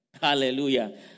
Hallelujah